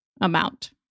amount